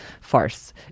farce